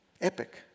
Epic